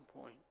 point